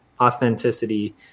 authenticity